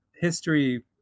History